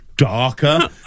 Darker